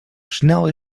snel